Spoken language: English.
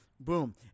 boom